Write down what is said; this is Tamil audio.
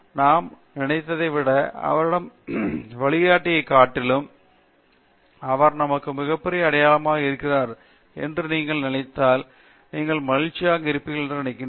நாம் நினைத்ததைவிட அவருடைய வழிகாட்டியைக் காட்டிலும் அவர் நமக்கு மிகப்பெரிய அடையாளமாக இருக்கிறார் என்று நீங்கள் நினைத்தால் நீங்கள் மகிழ்ச்சியாக இருப்பீர்கள் என்று நினைக்கிறேன்